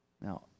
Now